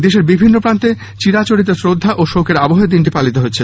দেশের বিভিন্ন প্রান্তে চিরাচরিত শ্রদ্ধা ও শোকের আবহে দিনটি পালিত হচ্ছে